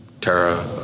Tara